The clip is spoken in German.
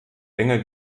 enge